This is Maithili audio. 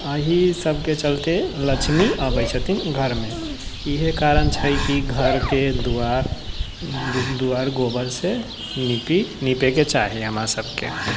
अहि सबके चलते लक्ष्मी अबै छथिन घरमे इहे कारण छै कि घरके दुआर दुआर गोबरसँ निपी निपेकेचाही हमरा सबके